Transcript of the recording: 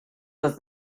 was